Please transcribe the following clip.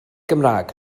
cymraeg